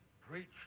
preach